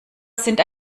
sind